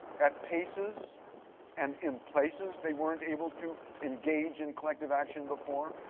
at paces and in places they weren't able to engage in collective action before,